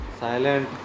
silent